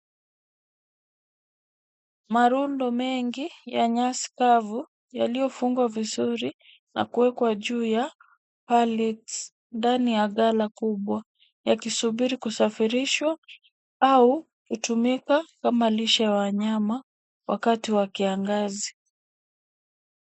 Marundo mengi ya nyasi kavu, yaliyofungwa vizuri na kuwekwa juu ya palets ndani ya ghala kubwa. Yanasubiri kusafirishwa au kutumika kama lishe ya wanyama wakati wa kiangazi.